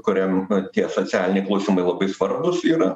kuriam tie socialiniai klausimai labai svarbūs yra